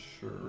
Sure